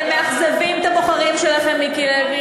שינו אותה רק לפני כל כך מעט זמן.